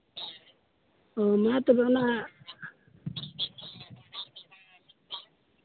ᱚᱸᱻ ᱚᱱᱟᱛᱮ ᱵᱷᱟᱞᱟ